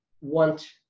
want